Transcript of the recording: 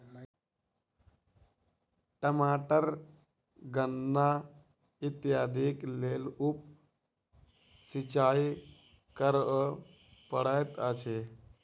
टमाटर गन्ना इत्यादिक लेल उप सिचाई करअ पड़ैत अछि